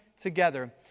together